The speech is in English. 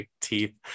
teeth